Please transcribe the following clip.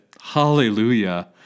Hallelujah